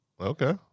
Okay